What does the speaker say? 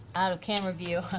out of camera view.